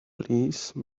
please